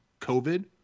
COVID